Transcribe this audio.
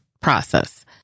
process